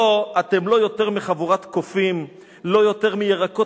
אתם לא יותר מחבורת קופים/ לא יותר מירקות